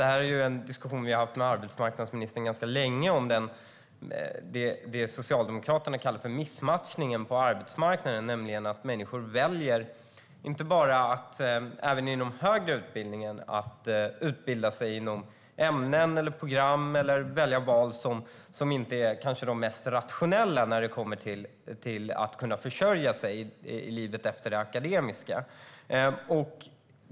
Vi har länge haft en diskussion med arbetsmarknadsministern om det som Socialdemokraterna kallar missmatchningen på arbetsmarknaden, det vill säga att människor väljer akademiska ämnen och program som kanske inte är de mest rationella när det handlar om att kunna försörja sig efter utbildningen.